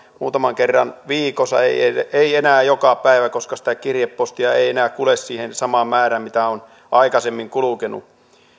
muutaman kerran viikossa ei enää joka päivä koska sitä kirjepostia ei ei enää kulje sitä samaa määrää mitä on aikaisemmin kulkenut